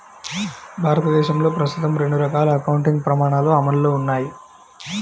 భారతదేశంలో ప్రస్తుతం రెండు రకాల అకౌంటింగ్ ప్రమాణాలు అమల్లో ఉన్నాయి